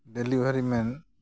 delivery man